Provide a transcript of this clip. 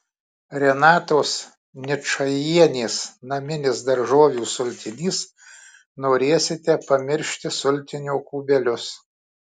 renatos ničajienės naminis daržovių sultinys norėsite pamiršti sultinio kubelius